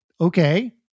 okay